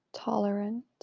Tolerant